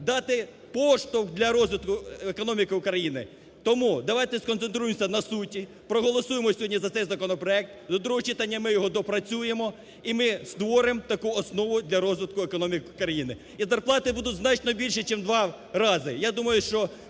дати поштовх для розвитку економіки України. Тому давайте сконцентруємось на суті, проголосуємо сьогодні за цей законопроект, до другого читання ми його доопрацюємо і ми створимо таку основу для розвитку економіки країни. І зарплати будуть значно більші, чим у два рази.